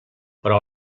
però